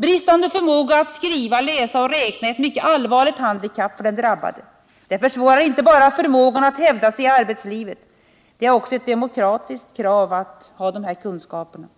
Bristande förmåga att skriva, läsa och räkna är ett mycket allvarligt handikapp för den drabbade. Det försvårar inte bara förmågan att hävda sig i arbetslivet, utan det är också ett demokratiskt krav att alla skall få de kunskaperna.